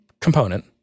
component